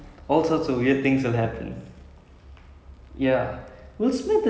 tamil படம் மாதிரி இருக்குது:padam maathiri irukuthu sounds like a tamil movie